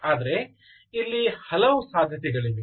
ಆದರೆ ಇಲ್ಲಿ ಹಲವು ಸಾಧ್ಯತೆಗಳಿವೆ